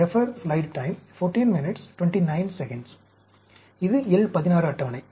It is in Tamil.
இது L 16 அட்டவணை